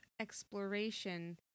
exploration